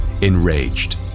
enraged